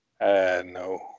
no